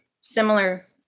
similar